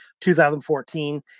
2014